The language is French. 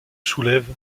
soulève